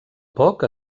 poc